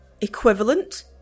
equivalent